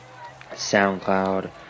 SoundCloud